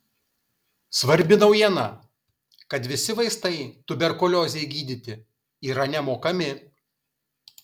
svarbi naujiena kad visi vaistai tuberkuliozei gydyti yra nemokami